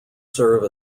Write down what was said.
serve